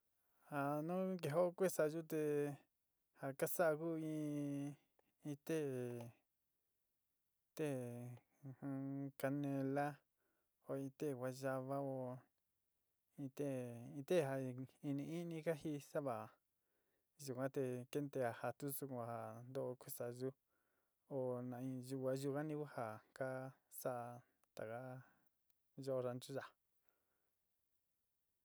Ja nu kejao kesaáyo te ja ka sa'á ku in in té té in canelá, ó in té guayaba oó in té in te ja ni iinɨ ka jiísaáva yuan te keé nteé ja jatu sukuo ja ntoó kuésayi ó na in yuka yuka ni ku ja ka s'á taka yóó ranchu ya'á.